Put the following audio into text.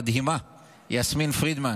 אליי חברתי המדהימה יסמין פרידמן